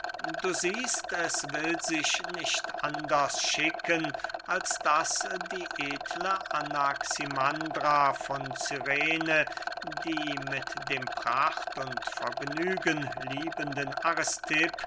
du siehst es will sich nicht anders schicken als daß die edle anaximandra von cyrene die mit dem pracht und vergnügen liebenden